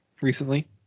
recently